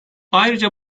ayrıca